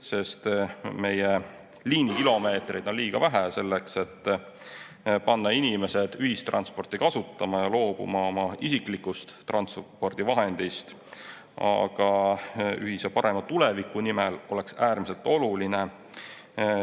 sest meie liinikilomeetreid on liiga vähe selleks, et panna inimesed [rohkem] ühistransporti kasutama ja loobuma isiklikust sõidukist. Aga ühise parema tuleviku nimel oleks äärmiselt oluline